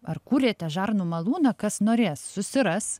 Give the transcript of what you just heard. ar kūrėte žarnų malūną kas norės susiras